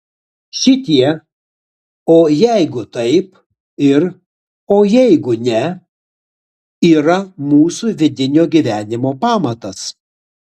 šitie o jeigu taip ir o jeigu ne yra mūsų vidinio gyvenimo pamatas